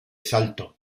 salto